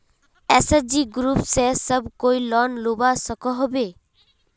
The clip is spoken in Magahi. एस.एच.जी ग्रूप से सब कोई लोन लुबा सकोहो होबे?